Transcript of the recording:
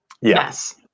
Yes